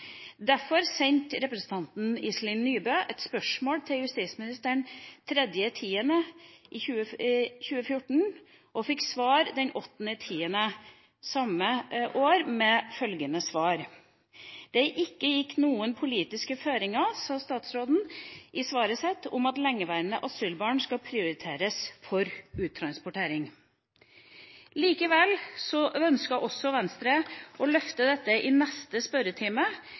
Derfor sendte representanten Iselin Nybø et spørsmål til justisministeren den 3. oktober i år og fikk følgende svar den 8. oktober samme år: «Det er ikke gitt noen politiske føringer om at lengeværende asylbarn skal prioriteres for uttransport.» Likevel ønsket Venstre å løfte denne saken i